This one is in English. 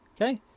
Okay